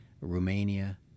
Romania